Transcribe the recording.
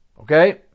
Okay